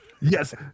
Yes